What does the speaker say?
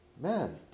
Man